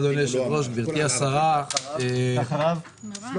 אדוני, גבירתי השרה, אני